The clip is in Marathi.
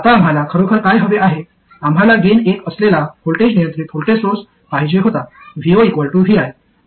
आता आम्हाला खरोखर काय हवे आहे आम्हाला गेन 1 असलेला व्होल्टेज नियंत्रित व्होल्टेज सोर्स पाहिजे होता vo vi